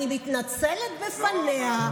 אני מתנצלת בפניה.